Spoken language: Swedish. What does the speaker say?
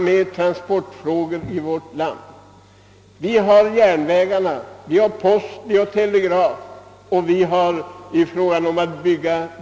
Det är felaktigt att så många olika instanser skall syssla med transportfrågor i vårt land.